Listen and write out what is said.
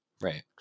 Right